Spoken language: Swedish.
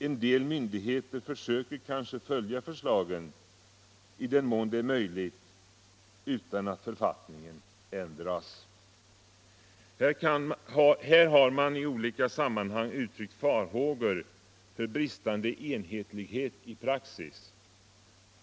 En del myndigheter försöker kanske följa förslagen i den mån det är möjligt utan att författningen ändras. Här har man i olika sammanhang uttryckt farhågor för bristande enhetlighet i praxis.